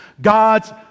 God's